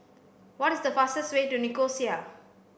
what is the fastest way to Nicosia